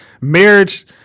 Marriage